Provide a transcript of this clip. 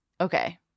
okay